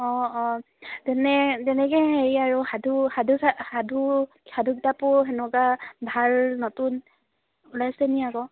অঁ অঁ তেনে তেনেকৈ হেৰি আৰু সাধু সাধু সাধু সাধু কিতাপো সেনেকুৱা ভাল নতুন ওলাইছে নেকি আকৌ